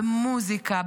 במוזיקה,